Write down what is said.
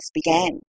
began